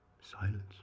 Silence